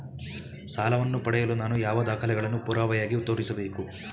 ಸಾಲವನ್ನು ಪಡೆಯಲು ನಾನು ಯಾವ ದಾಖಲೆಗಳನ್ನು ಪುರಾವೆಯಾಗಿ ತೋರಿಸಬೇಕು?